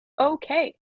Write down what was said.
okay